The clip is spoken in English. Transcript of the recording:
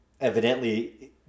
evidently